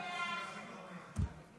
הבחירות לרשויות המקומיות (הוראת שעה),